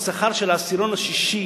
השכר של העשירון השישי,